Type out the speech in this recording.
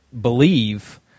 believe—